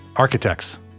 Architects